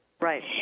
Right